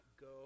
go